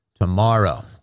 tomorrow